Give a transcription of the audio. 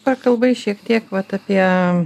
prakalbai šiek tiek vat apie